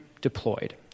deployed